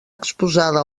exposada